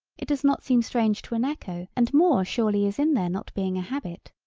it does not seem strange to an echo and more surely is in there not being a habit.